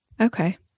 Okay